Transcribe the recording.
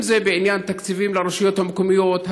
מעניין התקציבים לרשויות המקומיות,